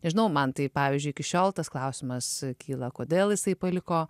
nežinau man tai pavyzdžiui iki šiol tas klausimas kyla kodėl jisai paliko